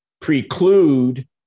preclude